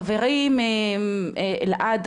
חברי אלעד,